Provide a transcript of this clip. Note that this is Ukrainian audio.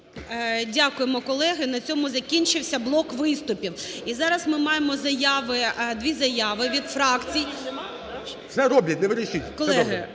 Дякуємо, колеги. На цьому закінчився блок виступів. І зараз ми маємо заяви, дві заяви від фракцій.